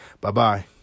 Bye-bye